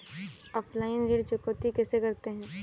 Offline ऋण चुकौती कैसे करते हैं?